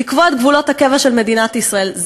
לקבוע את גבולות הקבע של מדינת ישראל.